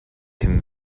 can